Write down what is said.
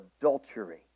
adultery